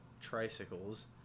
tricycles